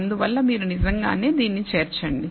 అందువల్ల మీరు నిజంగానే దీన్ని చేర్చండి